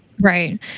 Right